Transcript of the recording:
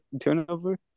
turnover